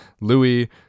Louis